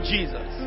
Jesus